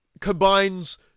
combines